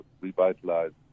revitalized